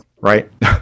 right